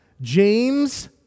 James